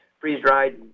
freeze-dried